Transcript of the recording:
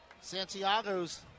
Santiago's